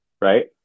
right